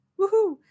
Woohoo